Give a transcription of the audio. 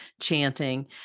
chanting